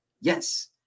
Yes